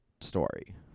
story